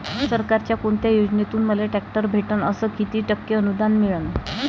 सरकारच्या कोनत्या योजनेतून मले ट्रॅक्टर भेटन अस किती टक्के अनुदान मिळन?